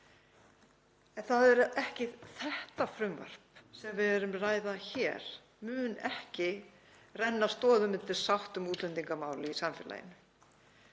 En þetta frumvarp sem við erum að ræða hér mun ekki renna stoðum undir sátt um útlendingamál í samfélaginu.